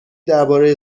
درباره